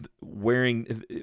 wearing